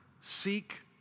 Seek